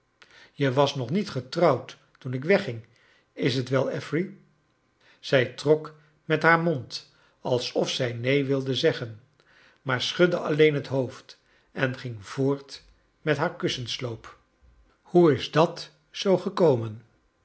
je was nog niet getrouwd toen ik wegging is t wel affery zij trok met haar mond alsof zij neen wilde zeggen maar schudde alleen het hoofd en ging voort met haar kussensloop hoe is dat zoo gekomen